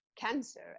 cancer